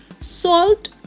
Salt